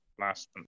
last